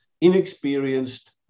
inexperienced